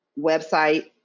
website